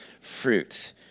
fruit